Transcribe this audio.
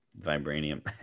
vibranium